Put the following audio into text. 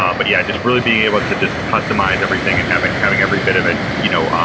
um but yeah, just really being able to just customize everything and having having every bit of it, you know,